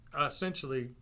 essentially